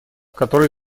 который